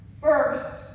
First